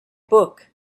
book